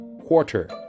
quarter